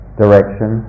direction